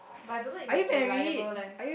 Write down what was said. but I don't know if is reliable leh